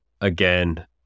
again